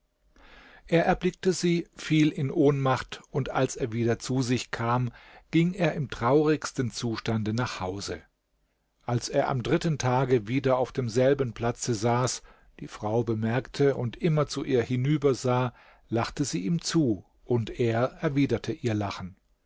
er erblickte sie fiel ihn ohnmacht und als er wieder zu sich kam ging er im traurigsten zustande nach hause als er am dritten tage wieder auf demselben platze saß die frau bemerkte und immer zu ihr hinübersah lachte sie ihm zu und er erwiderte ihr lachen